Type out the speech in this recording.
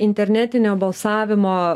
internetinio balsavimo